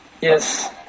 Yes